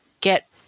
get